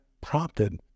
prompted